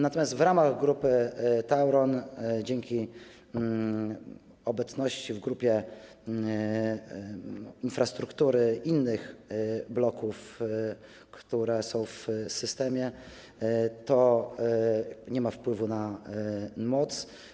Natomiast w ramach Grupy Tauron, dzięki obecności w grupie infrastruktury innych bloków, które są w systemie, nie ma to wpływu na moc.